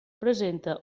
presenta